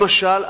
למשל,